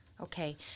Okay